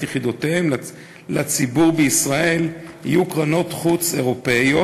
יחידותיהן לציבור בישראל יהיו קרנות חוץ אירופיות,